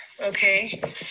okay